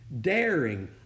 Daring